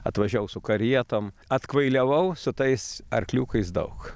atvažiavau su karietom atkvailiavau su tais arkliukais daug